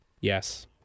Yes